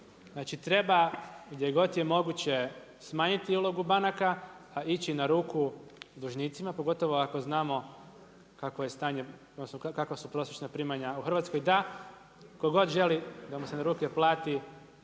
Znači, treba gdje god je moguće smanjiti ulogu banka, ići na ruku dužnicima, pogotovo ako znamo kakva su prosječna primanja u Hrvatskoj. Da tko god želi da mu se na ruke plati,